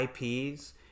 IPs